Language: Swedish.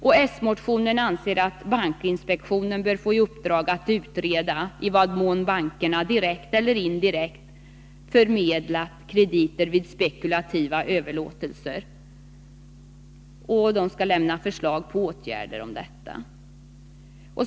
S-motionärerna anser att bankinspektionen bör få i uppdrag att utreda i vad mån bankerna direkt eller indirekt har förmedlat krediter vid spekulativa överlåtelser och lämna förslag på åtgärder mot detta.